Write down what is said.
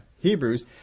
Hebrews